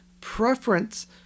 preference